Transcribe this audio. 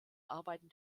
arbeiten